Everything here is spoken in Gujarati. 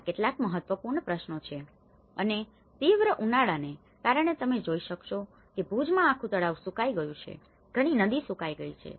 આ કેટલાક મહત્વપૂર્ણ પ્રશ્નો છે અને તીવ્ર ઉનાળાને કારણે તમે જોઈ શકશો કે ભુજમાં આખું તળાવ સુકાઈ ગયું છે ઘણી નદીઓ સુકાઈ ગઈ છે